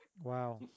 Wow